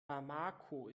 bamako